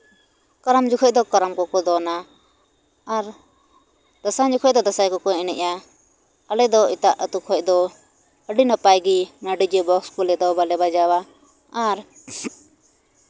ᱠᱟᱨᱟᱢ ᱡᱚᱠᱷᱚᱱ ᱫᱚ ᱠᱟᱨᱟᱢ ᱠᱚᱠᱚ ᱫᱚᱱᱟ ᱟᱨ ᱫᱟᱸᱥᱟᱭ ᱡᱚᱠᱷᱚᱱ ᱫᱚ ᱫᱟᱸᱥᱟᱭ ᱡᱚᱠᱷᱚᱱ ᱫᱚ ᱫᱟᱸᱥᱟᱭ ᱠᱚᱠᱚ ᱮᱱᱮᱡᱼᱟ ᱟᱞᱮ ᱫᱚ ᱮᱴᱟᱜ ᱟᱹᱛᱩ ᱠᱷᱚᱱ ᱫᱚ ᱟᱹᱰᱤ ᱱᱟᱯᱟᱭᱜᱮ ᱱᱚᱸᱰᱮ ᱫᱚ ᱵᱚᱠᱥ ᱠᱚᱫᱚ ᱵᱟᱞᱮ ᱵᱟᱡᱟᱣᱟ ᱟᱨ